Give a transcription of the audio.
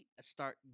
start